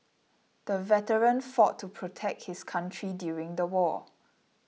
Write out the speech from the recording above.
the veteran fought to protect his country during the war